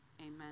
Amen